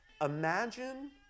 Imagine